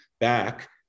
back